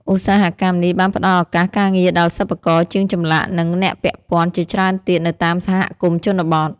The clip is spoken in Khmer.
ឧស្សាហកម្មនេះបានផ្តល់ឱកាសការងារដល់ សិប្បករ ជាងចម្លាក់ និងអ្នកពាក់ព័ន្ធ ជាច្រើនទៀតនៅតាមសហគមន៍ជនបទ។